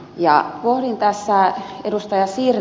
pohdin tässä kun ed